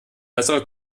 bessere